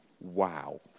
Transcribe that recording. Wow